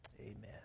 Amen